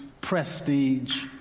prestige